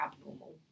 abnormal